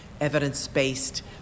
evidence-based